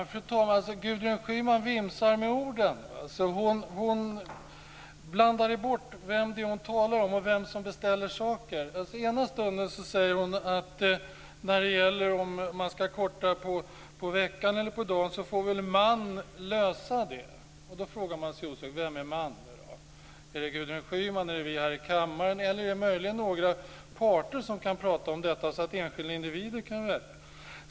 Fru talman! Gudrun Schyman vimsar med orden. Han blandade bort vem det är hon talade om och vem som hade beställt saker. Ena stunden säger hon att frågan om man ska korta på veckan eller dagen får "man" väl lösa. Då är frågan: Vem är "man"? Är det Gudrun Schyman, vi här i kammaren eller möjligen några parter som kan tala om detta så att den enskilda individen kan välja?